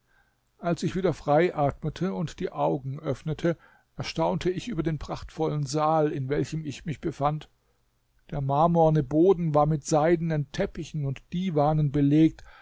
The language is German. als ich wieder frei atmete und die augen öffnete erstaunte ich über den prachtvollen saal in welchem ich mich befand der marmorne boden war mit seidenen teppichen und divanen belegt